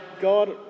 God